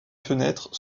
fenêtres